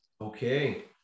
Okay